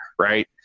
right